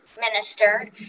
Minister